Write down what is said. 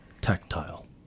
tactile